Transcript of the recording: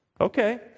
Okay